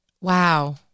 wow